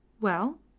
Well